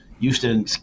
Houston